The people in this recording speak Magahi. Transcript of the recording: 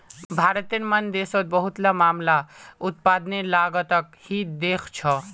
भारतेर मन देशोंत बहुतला मामला उत्पादनेर लागतक ही देखछो